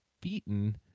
beaten